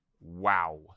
Wow